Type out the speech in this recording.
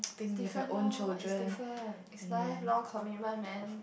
this one lor it's different it's life long commitment man